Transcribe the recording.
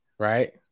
Right